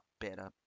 better